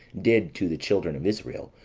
did to the children of israel,